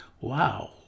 Wow